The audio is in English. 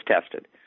tested